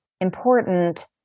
important